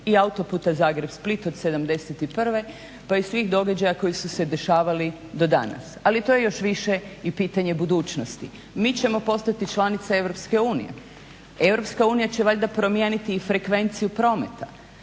i autoputa Zagreb-Split od 71. Pa i svih događaja koji su se dešavali do danas. Ali to je još više i pitanje budućnosti. Mi ćemo postati članica Europske unije. Europska unija će valjda promijeniti i frekvenciju prometa,